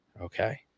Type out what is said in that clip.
okay